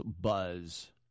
Buzz